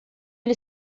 ele